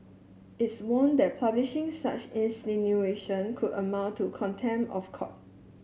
its warned that publishing such insinuation could amount to contempt of court